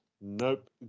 Nope